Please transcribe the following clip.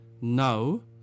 no